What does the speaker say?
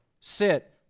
sit